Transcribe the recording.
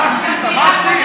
מה עשית?